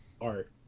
art